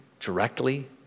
directly